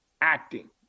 acting